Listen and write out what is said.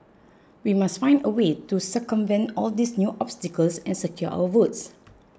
we must find a way to circumvent all these new obstacles and secure our votes